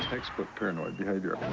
expert paranoid behavior.